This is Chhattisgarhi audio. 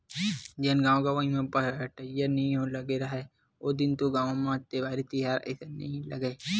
जेन गाँव गंवई म पहाटिया नइ लगे राहय ओ दिन तो गाँव म देवारी तिहार असन नइ लगय,